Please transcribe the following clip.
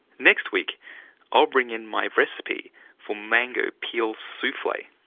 next week i'll bring in my recipe for mango peel souffle.